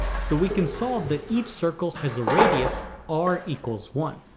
so, we can solve that each circle has a radius r equals one.